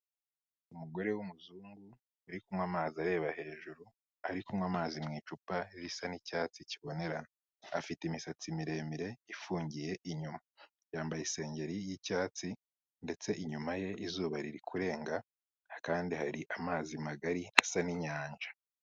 Umugore w'umuzungu uri kunywa amazi areba hejuru, ari kunywa amazi mu icupa risa n'icyatsi kibonerana, afite imisatsi miremire ifungiye inyuma, yambaye isengeri y'icyatsi ndetse inyuma ye izuba riri kurenga kandi hari amazi magari asa n'inyanja.